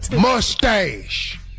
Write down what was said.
Mustache